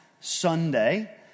Sunday